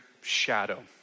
shadow